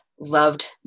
loved